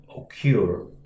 occur